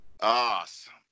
Awesome